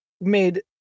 made